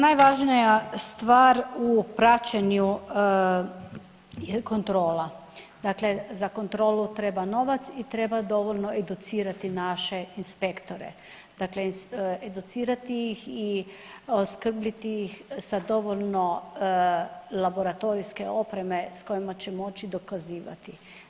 Najvažnija stvar u praćenju kontrola, dakle za kontrolu treba novac i treba dovoljno educirati naše inspektore, dakle educirati ih i opskrbiti ih sa dovoljno laboratorijske opreme s kojima će moći dokazivati.